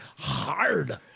Hard